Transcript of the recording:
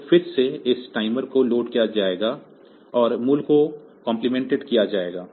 तो फिर से इस टाइमर को लोड किया जाएगा और मूल्य को कम्प्लीमेंटेड किया जाएगा